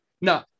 no